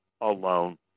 alone